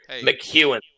McEwen